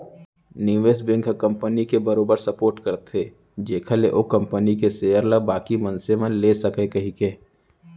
निवेस बेंक ह कंपनी के बरोबर सपोट करथे जेखर ले ओ कंपनी के सेयर ल बाकी मनसे मन ले सकय कहिके